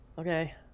okay